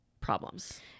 problems